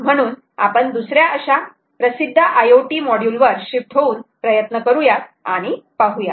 म्हणून आपण दुसऱ्या अशा प्रसिद्ध IoT मॉड्युल वर शिफ्ट होऊन प्रयत्न करूयात आणि पाहूयात